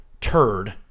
turd